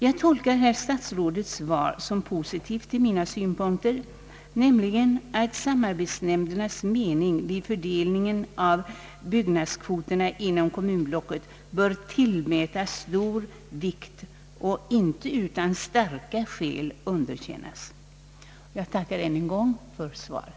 Jag tolkar herr statsrådets svar såsom positivt till mina synpunkter, nämligen att samarbetsnämndens mening vid fördelningen av bostadsbyggnadskvoterna inom kommunblock bör tillmätas stor vikt och inte utan starka skäl underkännas. Jag tackar än en gång för svaret.